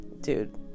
dude